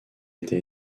été